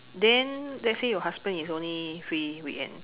then let's say your husband is only free weekend